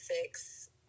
six